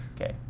Okay